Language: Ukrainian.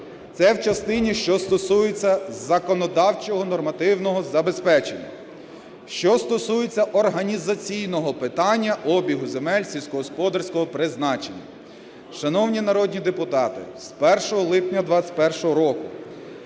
Це в частині, що стосується законодавчого нормативного забезпечення. Що стосується організаційного питання обігу земель сільськогосподарського призначення. Шановні народні депутати, з 1 липня 21-го року